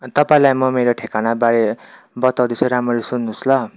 तपाईँलाई म मेरो ठेगानाबारे बताउँदैछु रामरी सुन्नु होस् ल